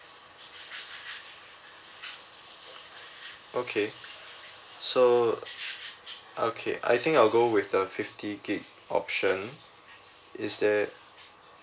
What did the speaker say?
okay so okay I think I'll go with the fifty gig option is that